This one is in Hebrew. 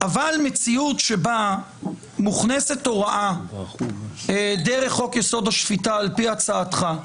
אבל במציאות שבה מוכנסת הוראה דרך חוק-יסוד: השפיטה על פי הצעתך,